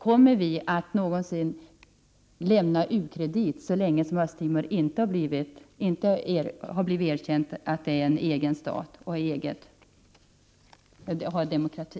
Kommer vi att lämna u-krediter så länge Östtimor inte blivit erkänt som en egen stat med demokrati?